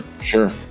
Sure